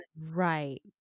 Right